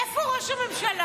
איפה ראש הממשלה?